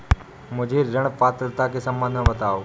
मुझे ऋण पात्रता के सम्बन्ध में बताओ?